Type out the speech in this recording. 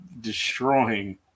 destroying